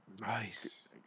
Nice